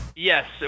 Yes